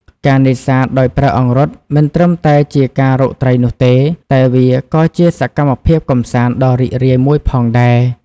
ការនេសាទដោយប្រើអង្រុត មិនត្រឹមតែជាការរកត្រីនោះទេ តែវាក៏ជាសកម្មភាពកម្សាន្តដ៏រីករាយមួយផងដែរ។